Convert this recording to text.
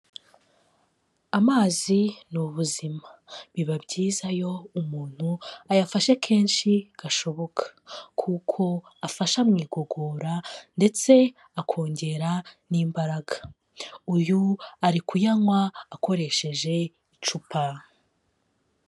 Amazi ni ubuzima, biba byiza iyo umuntu ayafashe kenshi gashoboka kuko afasha mu igogora ndetse akongera n'imbaraga, uyu ari kuyanywa akoresheje icupa.